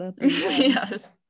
Yes